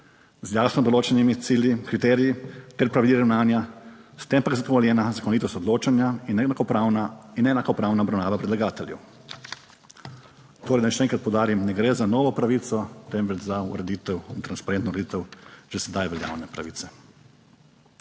z jasno določenimi cilji, kriteriji ter pravili ravnanja, s tem pa je zagotovljena zakonitost odločanja in enakopravna, in enakopravna obravnava predlagateljev. Torej, naj še enkrat poudarim, ne gre za novo pravico, temveč za ureditev in transparentno ureditev že sedaj veljavne pravice.